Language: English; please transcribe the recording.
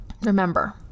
Remember